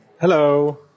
Hello